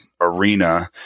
arena